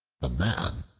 the man,